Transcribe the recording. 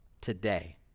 today